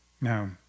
Now